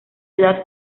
ciudad